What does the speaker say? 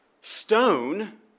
stone